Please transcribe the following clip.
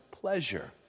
pleasure